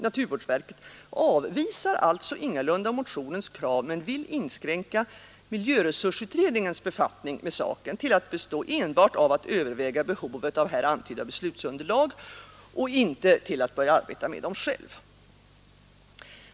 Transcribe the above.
Naturvårdsverket avvisar alltså ingalunda motionens krav men vill inskränka miljöresursutredningens befattning med saken till att bestå enbart av att överväga behovet av här antydda beslutsunderlag och inte till att börja arbeta med dem själv.